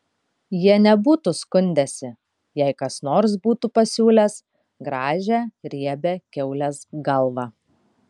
jie nebūtų skundęsi jei kas nors būtų pasiūlęs gražią riebią kiaulės galvą